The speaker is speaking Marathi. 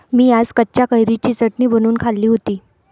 मी आज कच्च्या कैरीची चटणी बनवून खाल्ली होती